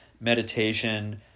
meditation